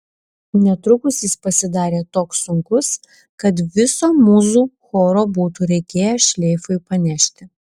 netrukus jis pasidarė toks sunkus kad viso mūzų choro būtų reikėję šleifui panešti